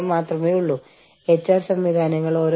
ഏതൊക്കെ നിയമങ്ങൾ ബാധകമാകും